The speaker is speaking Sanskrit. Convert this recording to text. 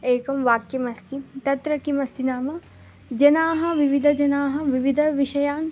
एकं वाक्यम् अस्ति तत्र किमस्ति नाम जनाः विविधजनाः विवधविषयान्